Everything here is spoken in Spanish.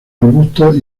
arbustos